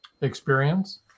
experience